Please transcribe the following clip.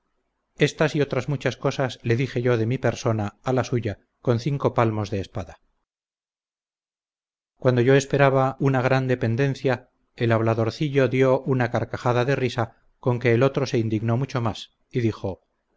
estas y otras muchas cosas le dije yo de mi persona a la suya con cinco palmos de espada cuando yo esperaba una grande pendencia el habladorcillo dió una carcajada de risa con que el otro se indignó mucho más y dijo